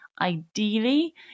ideally